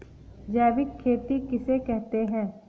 जैविक खेती किसे कहते हैं?